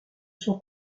sont